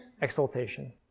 exaltation